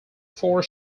four